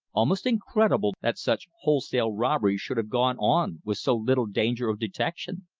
almost incredible that such wholesale robberies should have gone on with so little danger of detection.